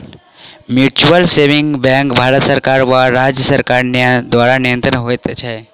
mutual saving bank Bharat सरकार वा राज्य सरकार द्वारा नियंत्रित होइत छै